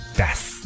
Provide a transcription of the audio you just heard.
death